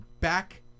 Back